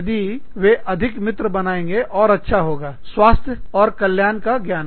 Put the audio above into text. यदि वे अधिक मित्र बनाएँगे और अच्छा होगा स्वास्थ्य और कल्याण ज्ञान